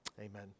Amen